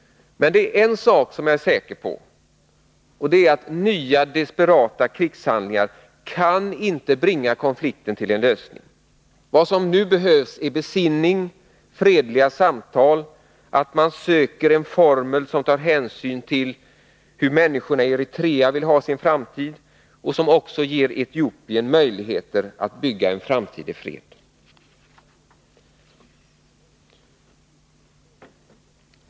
Men en sak är jag säker på: Nya desperata krigshandlingar kan inte bringa konflikten till en lösning. Vad som nu behövs är besinning, fredliga samtal, att man söker efter en formel som tar hänsyn till hur människorna i Eritrea vill ha sin framtid och som också ger Etiopien möjligheter att bygga en framtid i fred.